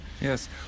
yes